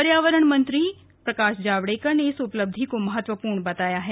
पर्यावरण मंत्री प्रकाश जावडेकर ने इस उपलब्धि को महत्वपूर्ण बताया है